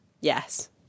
Yes